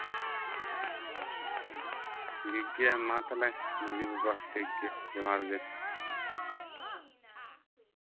ᱴᱷᱤᱠᱜᱮᱭᱟ ᱢᱟ ᱛᱟᱞᱚᱦᱮ ᱢᱟᱹᱡᱷᱤ ᱵᱟᱵᱟ ᱴᱷᱤᱠᱜᱮᱭᱟ ᱡᱚᱦᱟᱨ ᱜᱮ